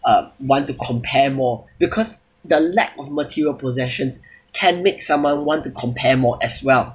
um want to compare more because the lack of material possessions can make someone want to compare more as well